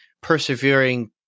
persevering